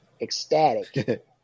ecstatic